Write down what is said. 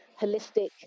holistic